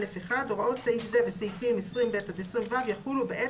"(א1)הוראות סעיף זה וסעיפים 20ב עד 20ו יחולו בעת